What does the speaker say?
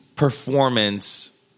Performance